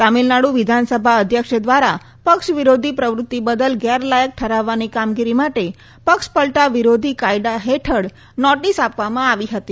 તમિલનાડુ વિધાનસભા અધ્યક્ષ દ્વારા પક્ષવિરોધી પ્રવૃત્તિ બદલ ગેરલાયક ઠરાવવાની કામગીરી માટે પક્ષ પલટા વિરોધી કાયદા હેઠળ નોટીસ આપવામાં આવી હતી